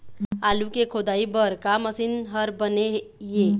आलू के खोदाई बर का मशीन हर बने ये?